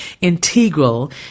integral